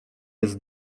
jest